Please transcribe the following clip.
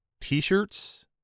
T-shirts